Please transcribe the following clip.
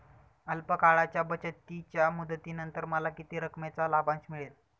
अल्प काळाच्या बचतीच्या मुदतीनंतर मला किती रकमेचा लाभांश मिळेल?